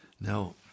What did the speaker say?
Now